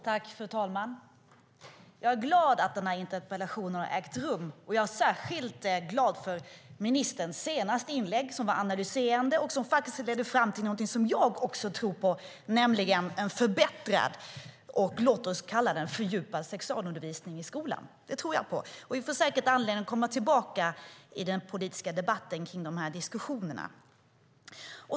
Fru talman! Jag är glad att den här interpellationsdebatten har ägt rum, och jag är särskilt glad för ministerns senaste inlägg, som var analyserande och som ledde fram till någonting som också jag tror på, nämligen en förbättrad och låt oss kalla den fördjupad sexualundervisning i skolan. Den tror jag på. Vi får säkert anledning att komma tillbaka till de här diskussionerna i den politiska debatten.